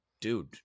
dude